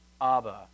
Abba